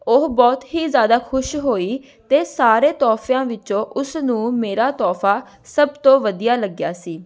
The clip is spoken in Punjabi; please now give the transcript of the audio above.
ਉਹ ਬਹੁਤ ਹੀ ਜ਼ਿਆਦਾ ਖੁਸ਼ ਹੋਈ ਅਤੇ ਸਾਰੇ ਤੋਹਫ਼ਿਆਂ ਵਿੱਚੋਂ ਉਸ ਨੂੰ ਮੇਰਾ ਤੋਹਫ਼ਾ ਸਭ ਤੋਂ ਵਧੀਆ ਲੱਗਿਆ ਸੀ